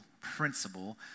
principle